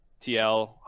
TL